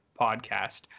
podcast